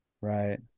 Right